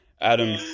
Adam